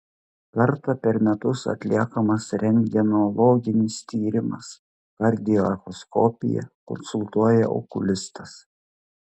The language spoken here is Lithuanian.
kartą per metus atliekamas rentgenologinis tyrimas kardioechoskopija konsultuoja okulistas